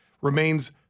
remains